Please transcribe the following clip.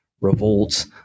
revolts